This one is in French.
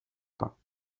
pas